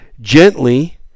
gently